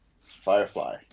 Firefly